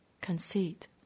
conceit